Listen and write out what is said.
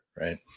Right